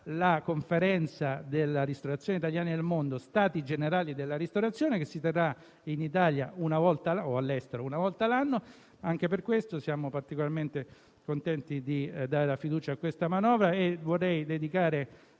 nazionale della ristorazione italiana nel mondo (stati generali della ristorazione), che si terrà in Italia o all'estero una volta l'anno. Anche per questo, siamo particolarmente contenti di dare la fiducia alla manovra in esame. Vorrei dedicare